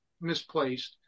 misplaced